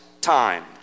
time